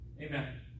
Amen